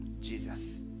Jesus